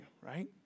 right